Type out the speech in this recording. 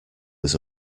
was